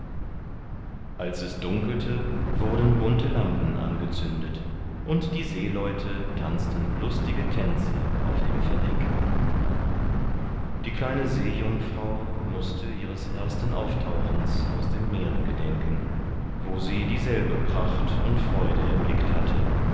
als es dunkelte wurden bunte lampen angezündet und die seeleute tanzten lustige tänze auf dem verdeck die kleine seejungfrau mußte ihres ersten auftauchens aus dem meere gedenken wo sie dieselbe pracht und freude erblickt hatte